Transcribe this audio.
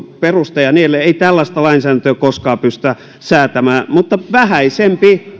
peruste ja niin edelleen ei tällaista lainsäädäntöä koskaan pystytä säätämään mutta vähäisempi